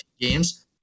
games